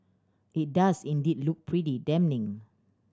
it does indeed look pretty damning